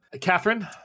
Catherine